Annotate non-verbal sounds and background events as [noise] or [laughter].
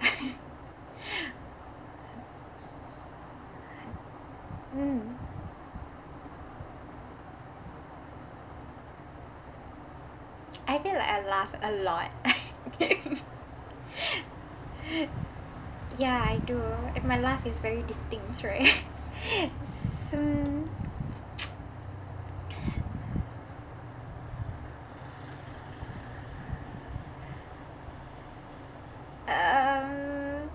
[laughs] mm I feel like I laugh a lot [laughs] ya I do my laugh is very distinct right [laughs] mm [noise] um